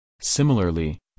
Similarly